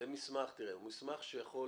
תראה, זה מסמך שיכול